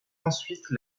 ensuite